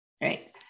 right